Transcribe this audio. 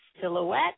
Silhouette